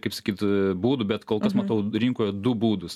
kaip sakyt būdų bet kol kas matau rinkoje du būdus